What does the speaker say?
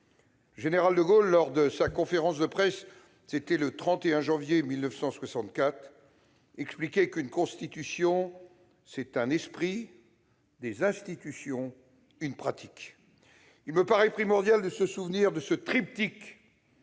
Le général de Gaulle, lors de sa conférence de presse du 31 janvier 1964, expliquait qu'« une Constitution, c'est un esprit, des institutions, une pratique. » Il me paraît primordial de se souvenir de ce triptyque